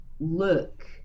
look